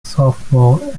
softball